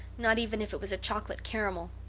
not even if it was a chocolate caramel.